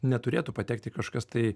neturėtų patekti į kažkokias tai